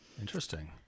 Interesting